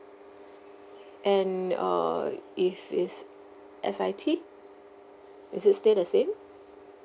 and err if is S_I_T is it still the same